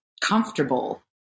comfortable